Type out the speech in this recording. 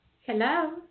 Hello